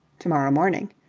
to-morrow morning.